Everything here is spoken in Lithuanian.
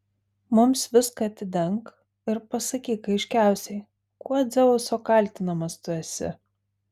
mums viską atidenk ir pasakyk aiškiausiai kuo dzeuso kaltinamas tu esi